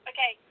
Okay